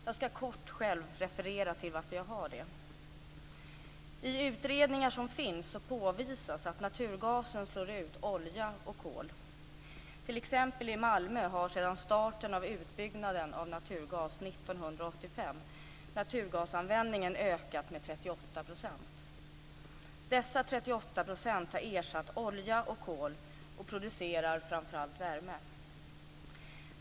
Jag ska kort själv referera varför jag har det. I utredningar som finns påvisas att naturgasen slår ut olja och kol. I Malmö har t.ex. sedan starten av utbyggnaden 1985 naturgasanvändningen ökat med 38 %. Dessa 38 % har ersatt olja och kol och producerar framför allt värme.